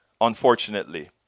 unfortunately